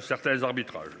certains de ses arbitrages.